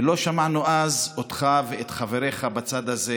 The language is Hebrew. ולא שמענו אז אותך ואת חבריך בצד הזה